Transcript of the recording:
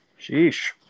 Sheesh